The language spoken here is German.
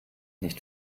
nicht